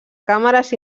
càmeres